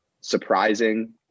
surprising